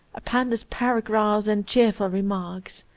appended paragraphs, and cheerful remarks.